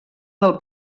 del